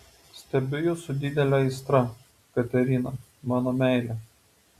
stebiu jus su didele aistra katerina mano meile